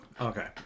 Okay